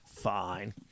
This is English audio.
Fine